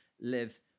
live